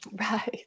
Right